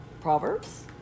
Proverbs